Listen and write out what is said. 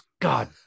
God